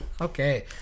Okay